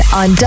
on